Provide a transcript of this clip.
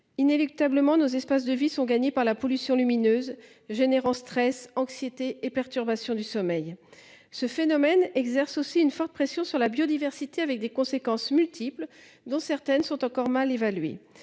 Inéluctablement nos espaces de vie sont gagnés par la pollution lumineuse générant stress, anxiété et perturbations du sommeil ce phénomène exerce aussi une forte pression sur la biodiversité, avec des conséquences multiples dont certaines sont encore mal évaluée.